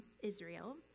Israel